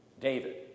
David